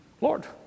Lord